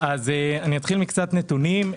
אני אתחיל מקצת נתונים.